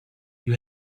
you